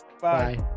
Bye